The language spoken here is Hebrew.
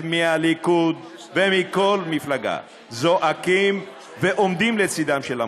מהליכוד ומכל מפלגה זועקים ועומדים לצידם של המורים.